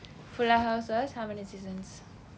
fuller house was how many seasons